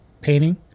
painting